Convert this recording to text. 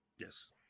Yes